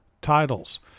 titles